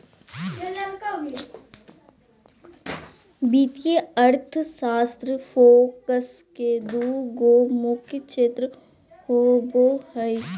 वित्तीय अर्थशास्त्र फोकस के दू गो मुख्य क्षेत्र होबो हइ